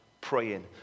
praying